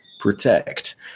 protect